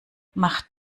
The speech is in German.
macht